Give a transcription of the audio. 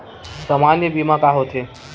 सामान्य बीमा का होथे?